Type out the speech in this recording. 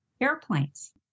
airplanes